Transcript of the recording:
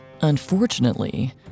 Unfortunately